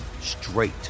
straight